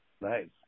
Nice